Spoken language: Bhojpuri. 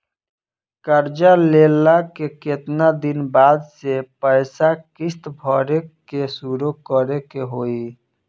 कर्जा लेला के केतना दिन बाद से पैसा किश्त भरे के शुरू करे के होई?